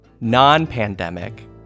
non-pandemic